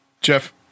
Jeff